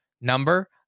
number